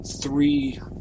three